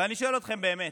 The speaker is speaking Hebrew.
ואני שואל אתכם באמת,